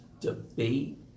debate